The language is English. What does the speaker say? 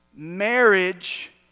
Marriage